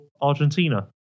Argentina